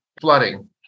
flooding